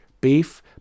beef